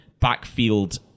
backfield